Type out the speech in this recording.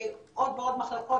בעבירות תעבורה ועוד ועוד מחלקות,